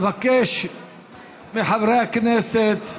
אבקש מחברי הכנסת,